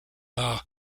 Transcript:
are